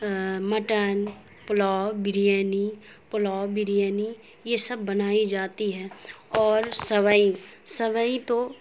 mutton pulao biryani pulao biryani یہ سب بنائی جاتی ہے اور سیوئی سیوئی تو